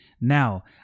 Now